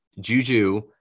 Juju